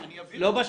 לא רוצה עכשיו.